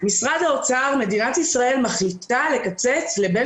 משרד האוצר ומדינת ישראל מחליטים לקצץ בין